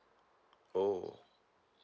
oo